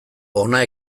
hona